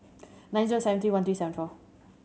nine zero seven three one three seven four